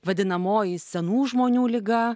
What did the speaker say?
vadinamoji senų žmonių liga